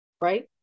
right